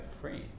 free